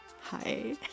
Hi